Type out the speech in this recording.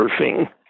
surfing